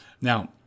Now